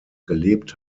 gelebt